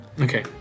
okay